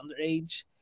underage